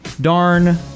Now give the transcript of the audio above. darn